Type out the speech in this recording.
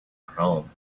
chrome